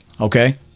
Okay